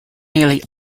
nearly